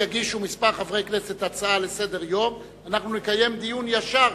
אם יגישו כמה חברי כנסת הצעה לסדר-יום אנחנו נקיים דיון ישר,